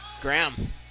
Graham